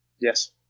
yes